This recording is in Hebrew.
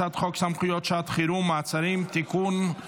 הצעת חוק סמכויות שעת חירום (מעצרים) (תיקון,